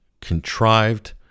contrived